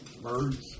Birds